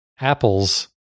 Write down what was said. Apple's